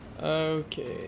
okay